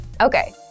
Okay